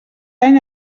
any